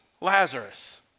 Lazarus